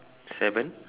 seven